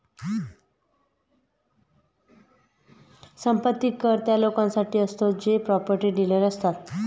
संपत्ती कर त्या लोकांसाठी असतो जे प्रॉपर्टी डीलर असतात